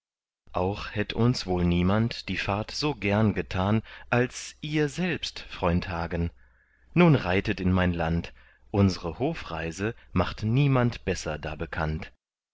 auch hätt uns wohl niemand die fahrt so gern getan als ihr selbst freund hagen nun reitet in mein land unsre hofreise macht niemand besser da bekannt